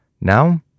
Now